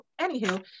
anywho